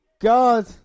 God